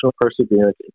perseverance